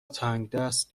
تنگدست